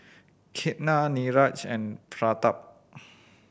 Ketna Niraj and Pratap